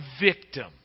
victim